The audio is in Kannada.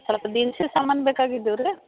ಸ್ವಲ್ಪ ದಿನಸಿ ಸಾಮಾನು ಬೇಕಾಗಿದ್ದುವು ರೀ